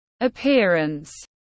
appearance